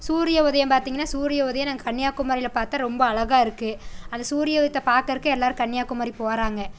சூரிய உதயம் பார்த்திங்கனா சூரிய உதயம் நாங்கள் கன்னியாகுமரியில் பார்த்தோம் ரொம்ப அழகாக இருக்கு அந்த சூரிய உதயத்தை பார்க்குறக்கு எல்லோரும் கன்னியாகுமரி போகிறாங்க